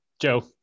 Joe